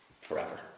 forever